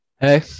Hey